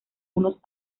unos